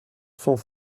sans